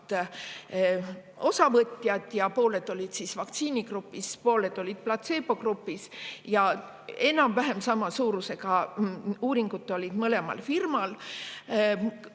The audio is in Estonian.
osavõtjat, pooled olid vaktsiinigrupis ja pooled olid platseebogrupis, ja enam-vähem sama suurusega uuringud olid mõlemal firmal.